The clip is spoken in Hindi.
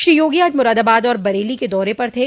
श्री योगी आज मुरादाबाद और बरेली के दौरे पर थे